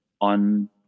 on